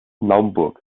naumburg